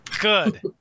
Good